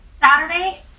Saturday